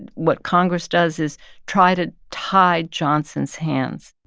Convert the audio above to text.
and what congress does is try to tie johnson's hands.